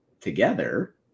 together